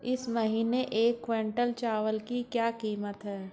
इस महीने एक क्विंटल चावल की क्या कीमत है?